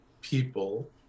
people